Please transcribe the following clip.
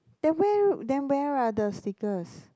then where then where are the stickers